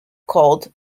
called